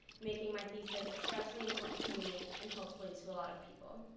making my thesis especially important to me and hopefully to a lot of people.